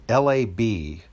LAB